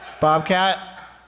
Bobcat